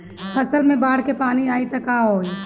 फसल मे बाढ़ के पानी आई त का होला?